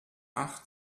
acht